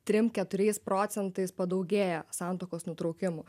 trim keturiais procentais padaugėja santuokos nutraukimų